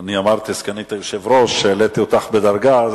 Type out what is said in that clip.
אמרתי סגנית היושב-ראש, העליתי אותך בדרגה,